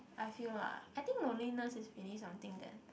I feel lah I think loneliness is really something that